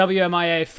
wmia